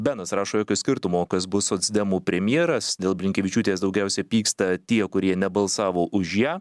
benas rašo jokio skirtumo kas bus socdemų premjeras dėl blinkevičiūtės daugiausiai pyksta tie kurie nebalsavo už ją